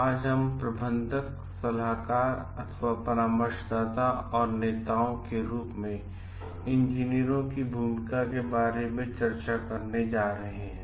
आज हम प्रबंधक सलाहकार परामर्शदाता और नेताओं के रूप में इंजीनियरों की भूमिका के बारे में चर्चा करने जा रहे हैं